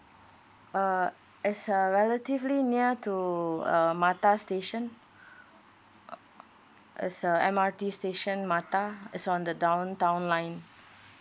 uh is uh relatively near to uh mattar station is a M_R_T station mattar it's on the downtown line